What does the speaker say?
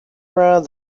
around